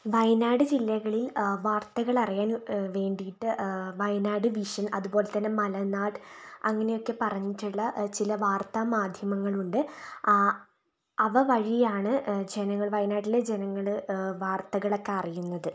വയനാട് ജില്ലകളിൽ വാർത്തകൾ അറിയാൻ വേണ്ടിയിട്ട് വയനാട് വിഷൻ അതുപോലെത്തന്നെ മലനാട് അങ്ങനെയൊക്കെ പറഞ്ഞിട്ടുള്ള ചില വാർത്ത മാധ്യമങ്ങളുണ്ട് ആ അവ വഴിയാണ് ജനങ്ങൾ വയനാട്ടിലെ ജനങ്ങൾ വാർത്തകളൊക്കെ അറിയുന്നത്